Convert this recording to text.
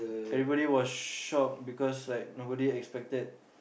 everybody was shocked because like nobody expected